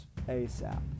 ASAP